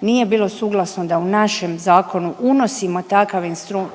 nije bilo suglasno da u našem zakonu unosimo takav